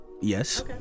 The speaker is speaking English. yes